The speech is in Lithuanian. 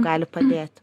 gali padėti